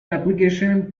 application